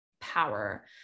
power